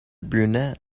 brunette